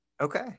Okay